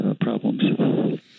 problems